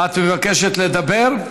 את מבקשת לדבר?